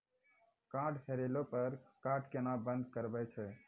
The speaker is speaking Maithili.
कार्ड हेरैला पर कार्ड केना बंद करबै छै?